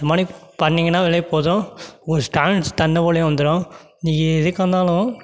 அந்தமாரி பண்ணிங்கன்னாவே போதும் உங்களுக்கு டான்ஸ் தன்னை போலவே வந்துடும் நீங்கள் எதுக்கு வந்தாலும்